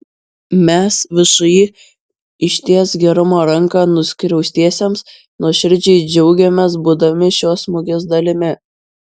mes všį ištiesk gerumo ranką nuskriaustiesiems nuoširdžiai džiaugiamės būdami šios mugės dalimi